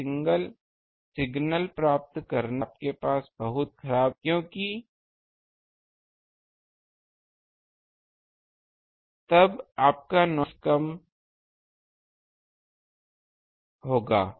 तो सिग्नल प्राप्त करने के लिए आपके पास बहुत खराब एंटीना होना चाहिए क्योंकि तब आपका नॉइस कम होगा